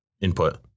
input